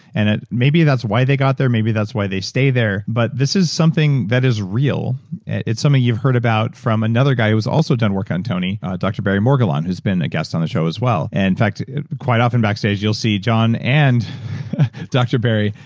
and and maybe that's why they got there, maybe that's why they stay there, but this is something that is real it's something you've heard about from another guy who's also done work on tony, dr barry morguelan, who's been a guest on the show, as well. and in fact quite often backstage, you'll see john and dr barry.